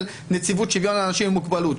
של נציבות שוויון לאנשים עם מוגבלות,